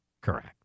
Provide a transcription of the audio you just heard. Correct